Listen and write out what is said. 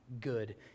good